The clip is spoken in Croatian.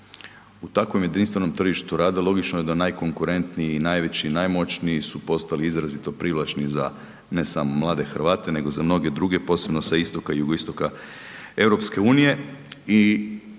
U takvom jedinstvenom tržištu rada logično je da najkonkurentniji i najveći, najmoćniji su postali izrazito privlačni za ne samo mlade Hrvate nego i za mnoge druge, posebno sa istoka i jugoistoka EU i